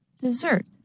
Dessert